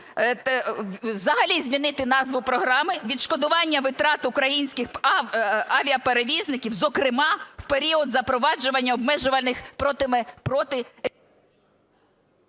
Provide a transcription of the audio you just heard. взагалі змінити назву програми: "Відшкодування витрат українських авіаперевізників, зокрема в період запроваджування обмежувальних…